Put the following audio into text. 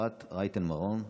אפרת רייטן מרום,